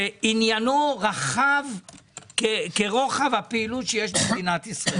שעניינו רחב כרוחב הפעילות שיש במדינת ישראל.